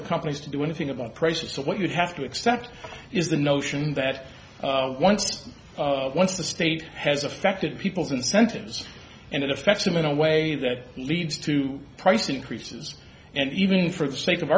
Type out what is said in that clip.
the companies to do anything about prices so what you have to accept is the notion that once just once the state has affected people's incentives and it affects them in a way that leads to price increases and even for the sake of